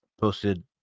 posted